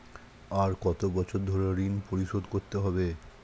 আর কত বছর ধরে ঋণ পরিশোধ করতে হবে?